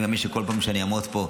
אני מאמין שבכל פעם שאני אעמוד פה,